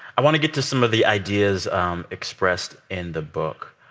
i want to get to some of the ideas um expressed in the book.